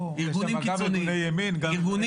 יש שם גם ארגוני ימין וגם ארגוני שמאל.